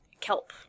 kelp